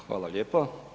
Hvala lijepo.